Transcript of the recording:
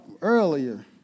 earlier